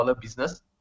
business